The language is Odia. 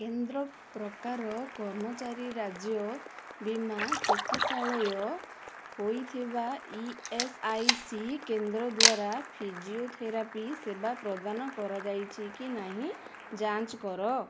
କେନ୍ଦ୍ର ପ୍ରକାର କର୍ମଚାରୀ ରାଜ୍ୟ ବୀମା ଚିକିତ୍ସାଳୟ ହୋଇଥିବା ଇ ଏସ୍ ଆଇ ସି କେନ୍ଦ୍ର ଦ୍ୱାରା ଫିଜିଓଥେରାପି ସେବା ପ୍ରଦାନ କରାଯାଉଛି କି ନାହିଁ ଯାଞ୍ଚ କର